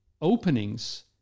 openings